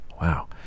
Wow